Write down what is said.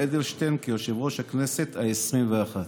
אדלשטיין ליושב-ראש הכנסת העשרים-ואחת.